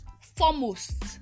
foremost